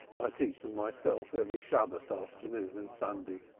i teach them myself every shabbos afternoon and sunday.